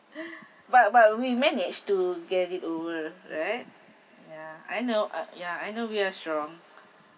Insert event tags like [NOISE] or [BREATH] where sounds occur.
[BREATH] but but we managed to get it over right ya I know uh ya I know we're strong